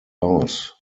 aus